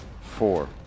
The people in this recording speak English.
Four